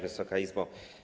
Wysoka Izbo!